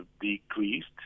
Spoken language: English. decreased